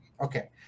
okay